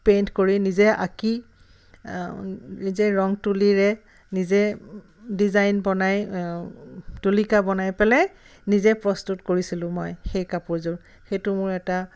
paint কৰি নিজে আঁকি নিজে ৰং তুলিৰে নিজে ডিজাইন বনাই তুলিকা বনাই পেলাই নিজে প্ৰস্তুত কৰিছিলোঁ মই সেই কাপোৰযোৰ সেইটো মোৰ এটা